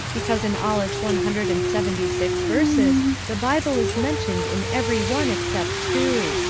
because in all its one hundred and seventy-six verses the bible is mentioned in every one except two.